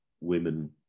women